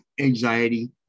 Anxiety